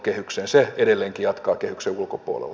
se edelleenkin jatkaa kehyksen ulkopuolella